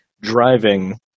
driving